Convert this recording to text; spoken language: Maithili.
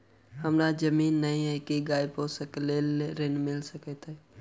हमरा जमीन नै अई की गाय पोसअ केँ लेल ऋण मिल सकैत अई?